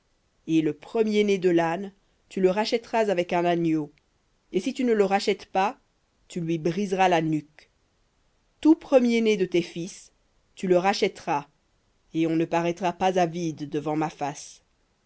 et le premier-né de l'âne tu le rachèteras avec un agneau et si tu ne le rachètes pas tu lui briseras la nuque tout premier-né de tes fils tu le rachèteras et on ne paraîtra pas à vide devant ma face